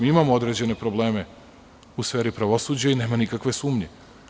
Imamo određene probleme u sferi pravosuđa i nema nikakve sumnje.